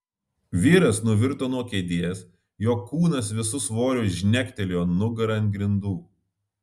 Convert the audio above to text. vyras nuvirto nuo kėdės jo kūnas visu svoriu žnektelėjo nugara ant grindų